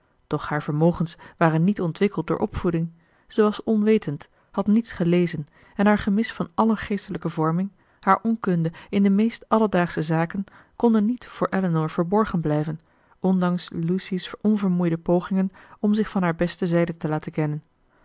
doch haar vermogens waren niet ontwikkeld door opvoeding zij was onwetend had niets gelezen en haar gemis van alle geestelijke vorming haar onkunde in de meest alledaagsche zaken konden niet voor elinor verborgen blijven ondanks lucy's onvermoeide pogingen om zich van haar beste zijde te laten kennen